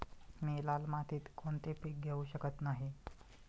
मी लाल मातीत कोणते पीक घेवू शकत नाही?